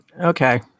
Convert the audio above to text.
Okay